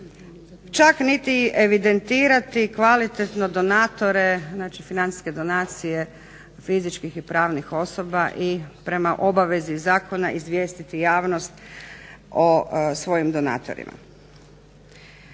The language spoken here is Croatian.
Čak niti evidentirati kvalitetno donatore, znači financijske donacije fizičkih i pravnih osoba te prema obavezi Zakona izvijestiti javnost o svojim donatorima.